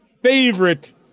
favorite